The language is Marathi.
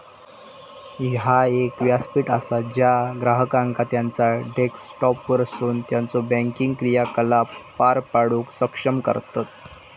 ह्या एक व्यासपीठ असा ज्या ग्राहकांका त्यांचा डेस्कटॉपवरसून त्यांचो बँकिंग क्रियाकलाप पार पाडूक सक्षम करतत